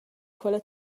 quella